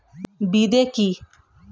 বিদে কি?